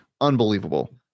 unbelievable